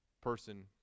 person